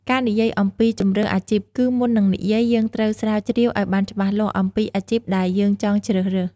ការនិយាយអំពីជម្រើសអាជីព គឺមុននឹងនិយាយ យើងត្រូវស្រាវជ្រាវឲ្យបានច្បាស់លាស់អំពីអាជីពដែលយើងចង់ជ្រើសរើស។